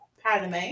Padme